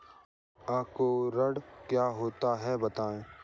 अंकुरण क्या होता है बताएँ?